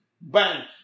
bank